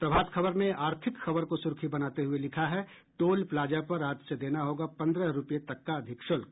प्रभात खबर ने आर्थिक खबर को सुर्खी बनाते हुए लिखा है टोल प्लाजा पर आज से देना होगा पन्द्रह रूपये तक का अधिक शुल्क